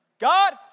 God